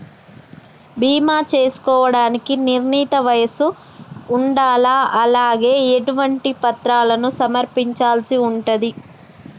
బీమా చేసుకోవడానికి నిర్ణీత వయస్సు ఉండాలా? అలాగే ఎటువంటి పత్రాలను సమర్పించాల్సి ఉంటది?